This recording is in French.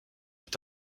est